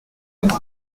neuve